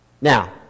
Now